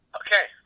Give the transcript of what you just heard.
okay